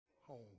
home